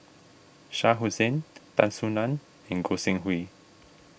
Shah Hussain Tan Soo Nan and Goi Seng Hui